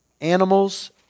animals